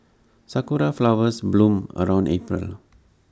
Sakura Flowers bloom around April